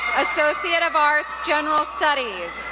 associate of arts, general studies.